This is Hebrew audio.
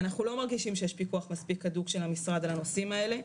אנחנו לא מרגישים שיש פיקוח מספיק הדוק של המשרד על הנושאים האלה.